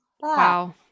Wow